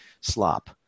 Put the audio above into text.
slop